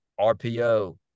RPO